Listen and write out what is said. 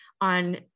on